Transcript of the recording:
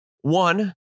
One